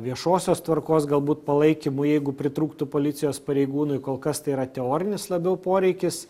viešosios tvarkos galbūt palaikymui jeigu pritrūktų policijos pareigūnui kol kas tai yra teorinis labiau poreikis